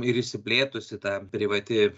ir išsiplėtusi ta privati